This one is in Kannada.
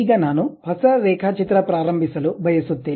ಈಗ ನಾನು ಹೊಸ ರೇಖಾಚಿತ್ರ ಪ್ರಾರಂಭಿಸಲು ಬಯಸುತ್ತೇನೆ